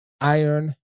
Iron